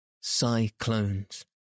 cyclones